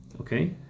okay